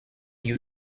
you